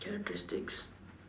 characteristics